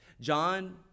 John